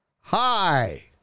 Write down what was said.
hi